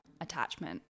attachment